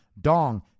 Dong